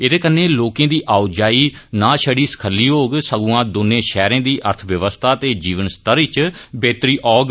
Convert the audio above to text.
एदे कन्नै लोकें दी आओ जाई नां छड़ी सखल्ली होग संग्आ दौने शैहरें दी अर्थ व्यवस्था ते जीवन स्तर च बेहतरी औग